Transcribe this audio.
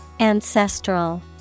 Ancestral